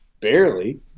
Barely